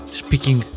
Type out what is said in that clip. speaking